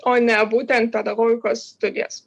o ne būtent pedagogikos studijas